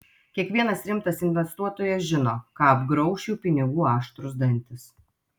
kiekvienas rimtas investuotojas žino ką apgrauš jų pinigų aštrūs dantys